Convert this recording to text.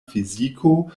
fiziko